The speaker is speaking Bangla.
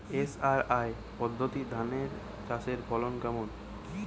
এস.আর.আই পদ্ধতি ধান চাষের ফলন কেমন?